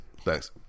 thanks